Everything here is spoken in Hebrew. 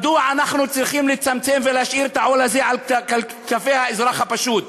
מדוע אנחנו צריכים לצמצם ולהשאיר את העול הזה על כתפי האזרח הפשוט?